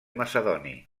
macedoni